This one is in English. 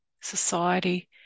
society